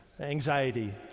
Anxiety